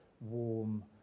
warm